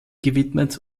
gewidmet